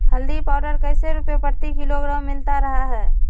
हल्दी पाउडर कैसे रुपए प्रति किलोग्राम मिलता रहा है?